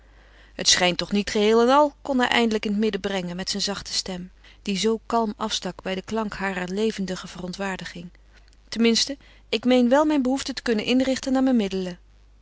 het schijnt toch niet geheel en al kon hij eindelijk in het midden brengen met zijn zachte stem die zoo kalm afstak bij den klank harer levendige verontwaardiging ten minste ik meen wel mijn behoeften te kunnen inrichten naar mijn middelen